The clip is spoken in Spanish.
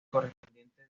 correspondiente